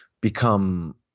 become